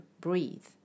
breathe